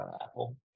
Apple